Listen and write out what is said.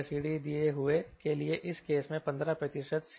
CLCD दिए हुए के लिए इस केस में 15 प्रतिशत CD जिसमें CLCDmax से अधिक है